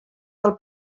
del